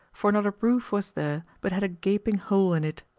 for not a roof was there but had a gaping hole in it.